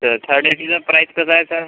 तर third A सीचा price कसा आहे सर